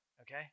okay